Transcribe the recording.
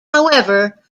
however